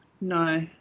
No